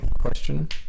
question